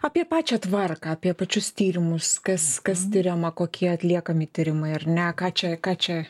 apie pačią tvarką apie pačius tyrimus kas kas tiriama kokie atliekami tyrimai ar ne ką čia ką čia